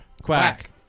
Quack